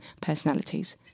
personalities